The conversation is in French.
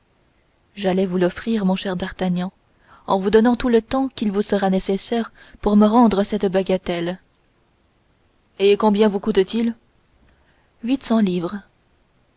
j'allais vous l'offrir mon cher d'artagnan en vous donnant tout le temps qui vous sera nécessaire pour me rendre cette bagatelle et combien vous coûte-t-il huit cents livres